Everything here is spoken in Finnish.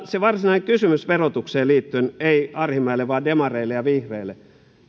se varsinainen kysymys verotukseen liittyen ei arhinmäelle vaan demareille ja vihreille